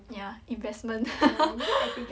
ya investment